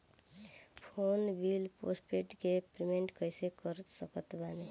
Phone bill postpaid के payment कैसे कर सकत बानी?